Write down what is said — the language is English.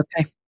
Okay